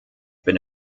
been